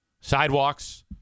sidewalks